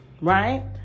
Right